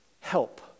help